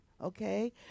okay